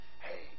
Hey